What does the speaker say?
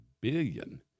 billion